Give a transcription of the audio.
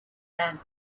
land